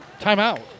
timeout